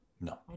No